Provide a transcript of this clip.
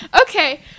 Okay